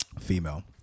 female